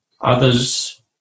Others